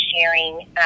sharing